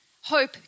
Hope